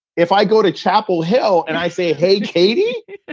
if i go to chapel hill and i say, hey, katie,